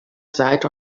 side